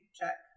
check